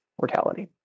mortality